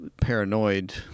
paranoid